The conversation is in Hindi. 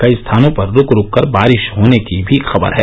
कई स्थानों पर रूक रूक कर बारिश होने की भी खबर है